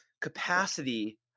capacity